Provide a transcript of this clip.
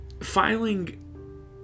Filing